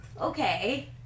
Okay